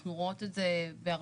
אנחנו רואות את זה בהרבה,